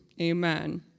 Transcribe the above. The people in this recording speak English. Amen